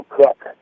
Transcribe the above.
cook